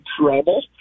trouble